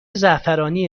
زعفرانی